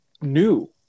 new